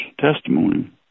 testimony